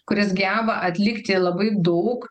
kuris geba atlikti labai daug